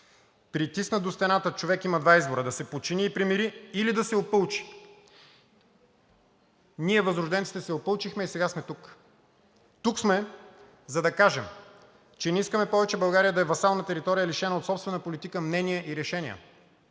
Притиснат до стената човек има два избора – да се подчини и примири или да се опълчи. Ние възрожденците се опълчихме и сега сме тук. Тук сме, за да кажем, че не искаме повече България да е васална територия, лишена от собствена политика, мнение и решения.